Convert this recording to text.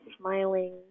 smiling